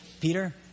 Peter